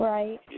Right